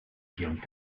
guillaume